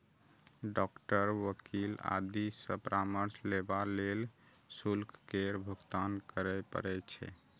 doctor, वकील आदि सं परामर्श लेबा लेल शुल्क केर भुगतान करय पड़ै छै